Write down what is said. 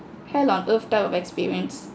hell on earth type of experience